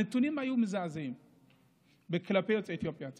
הנתונים היו מזעזעים כלפי יוצאי אתיופיה.